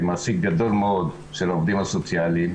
של העובדים הסוציאליים.